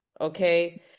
okay